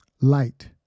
light